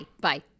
Bye